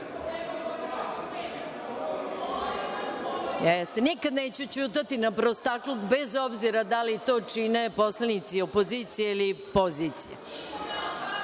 neću ćutati na prostakluk, bez obzira da li to čine poslanici opozicije ili pozicije.